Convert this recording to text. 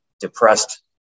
depressed